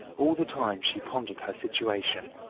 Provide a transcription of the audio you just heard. all the time, she pondered her situation.